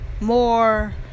more